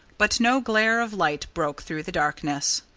but no glare of light broke through the darkness.